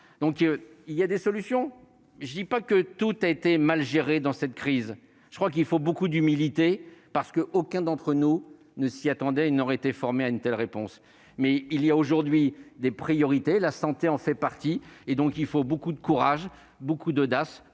donc il y a des solutions, je ne dis pas que tout a été mal géré dans cette crise, je crois qu'il faut beaucoup d'humilité parce qu'aucun d'entre nous ne s'y attendait, il n'aurait été formé à une telle réponse, mais il y a aujourd'hui des priorités : la santé en fait partie, et donc il faut beaucoup de courage, beaucoup d'audace